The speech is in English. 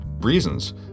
reasons